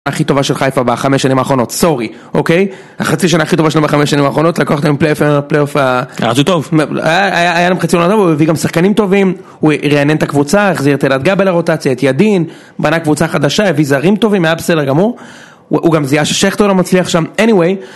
הכי טובה של חייפה בחמש שנים האחרונות, סורי, אוקיי? החצי שנה הכי טובה שלו בחמש שנים האחרונות, לקחתם פלאיוף עליון, לפליאוף... היה זה טוב! היה, היה, היה לו, והוא הביא גם שחקנים טובים, הוא רענן את הקבוצה, החזיר את תלת גבל הרוטציה, את ידין, בנה קבוצה חדשה, הביא זרים טובים, היה בסדר גמור, הוא גם זיהה שכטר לא מצליח שם, איניוויר,